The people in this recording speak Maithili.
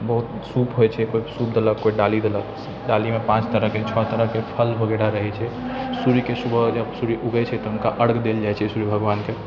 बहुत सूप होइ छै कोइ सूप देलक कोइ डाली देलक डालीमे पाँच तरहके छह तरहके फल होबै टा रहै छै सूर्यके सुबह जब सूर्य उगै छै तऽ हुनका अर्घ देल जाइ छै सूर्य भगवानके